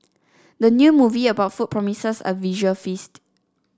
the new movie about food promises a visual feast